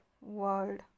world